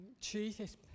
Jesus